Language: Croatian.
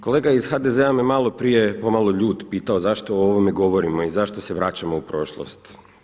Kolega iz HDZ-a me maloprije pomalo ljut pitao zašto o ovome govorimo i zašto se vraćamo u prošlost?